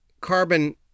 carbon